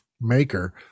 maker